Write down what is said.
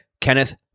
Kenneth